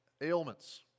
ailments